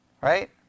Right